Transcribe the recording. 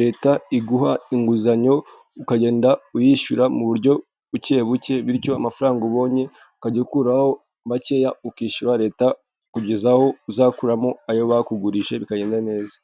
leta iguha inguzanyo, ukagenda uyishyura mu buryo bucye buke, bityo amafaranga ubonye ukajya ukuraho makeya ukishyura leta kugeza aho uzakuramo ayo bakugurije, bikagenda neza.